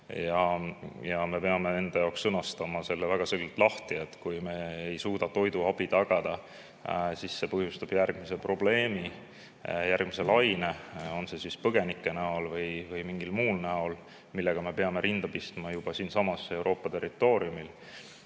Ja me peame enda jaoks sõnastama väga selgelt lahti selle, et kui me ei suuda toiduabi tagada, siis see põhjustab kusagil järgmise probleemi, järgmise laine, on see siis põgenike näol või millegi muu näol, millega me peame rinda pistma juba siinsamas Euroopa territooriumil.